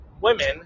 women